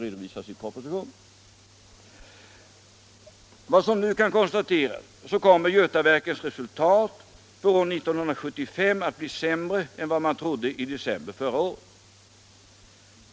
Enligt vad som nu kan konstateras kommer Götaverkens resultat för år 1975 att bli sämre än vad man trodde i december förra året.